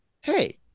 hey